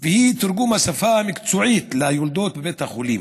תרגום השפה המקצועית ליולדות בבית החולים,